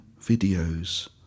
videos